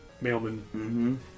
mailman